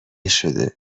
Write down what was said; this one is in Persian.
شده